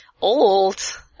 old